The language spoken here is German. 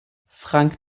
frank